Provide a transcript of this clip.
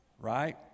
Right